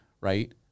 right